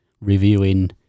reviewing